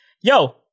Yo